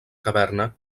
caverna